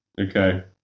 Okay